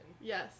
Yes